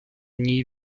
nie